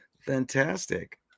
Fantastic